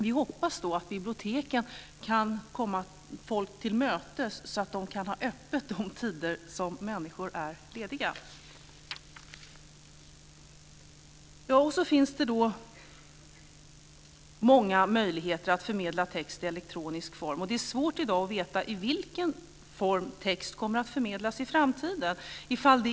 Vi hoppas att biblioteken kan gå folk till mötes och ha öppet de tider människor är lediga. Det finns många möjligheter att förmedla text i elektronisk form. Det är i dag svårt att veta i vilken form text kommer att förmedlas i framtiden.